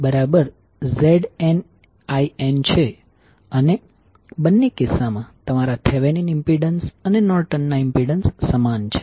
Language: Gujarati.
અને બંને કિસ્સામાં તમારા થેવેનીન ઇમ્પિડન્સ અને નોર્ટન ના ઇમ્પિડન્સ સમાન છે